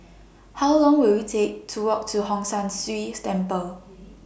How Long Will IT Take to Walk to Hong San See Temple